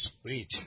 Sweet